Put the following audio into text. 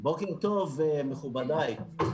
בוקר טוב, מכובדיי.